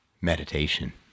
meditation